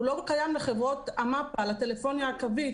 הוא לא קיים לחברות המפ"א, לטלפוניה הקווית.